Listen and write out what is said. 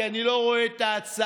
כי אני לא רואה את ההצעה.